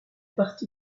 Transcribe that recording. partie